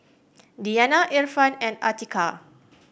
Diyana Irfan and Atiqah